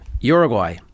Uruguay